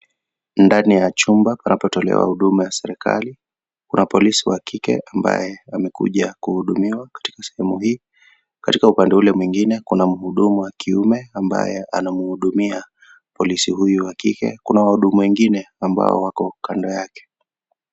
Ndani ya chumba panapotolewa huduma ya serikali. Kuna polisi wa kike ambaye amekuja kuhudumiwa katika sehemu hii. Katika upande ule mwingine, kuna mhudumu wa kiume ambaye anamhudumia polisi huyo wa kike kuna wengine ambao wako kando yake.